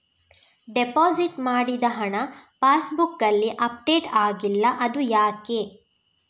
Deposit ಮಾಡಿದ ಹಣ ಪಾಸ್ ಬುಕ್ನಲ್ಲಿ ಅಪ್ಡೇಟ್ ಆಗಿಲ್ಲ ಅದು ಯಾಕೆ?